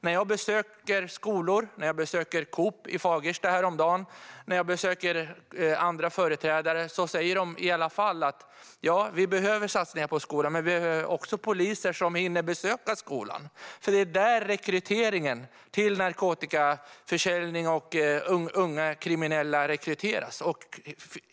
När jag besöker skolor, när jag besökte Coop i Fagersta häromdagen eller när jag besöker andra företrädare säger de att de behöver satsningar på skolan men också poliser som hinner besöka skolan, för det är där rekryteringen till narkotikaförsäljning och unga kriminella sker.